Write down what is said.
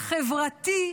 החברתי.